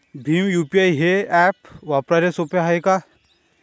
Bhim UPI हे app वापराले सोपे हाय का?